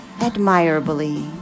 admirably